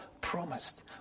promised